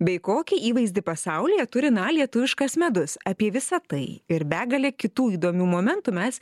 bei kokį įvaizdį pasaulyje turi na lietuviškas medus apie visa tai ir begalę kitų įdomių momentų mes